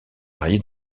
marié